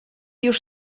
już